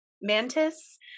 Mantis